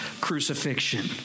crucifixion